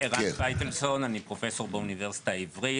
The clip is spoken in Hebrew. ערן פייטלסון, אני פרופסור באוניברסיטה העברית.